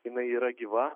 jinai yra gyva